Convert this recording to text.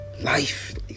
life